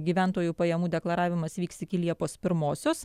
gyventojų pajamų deklaravimas vyks iki liepos pirmosios